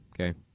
okay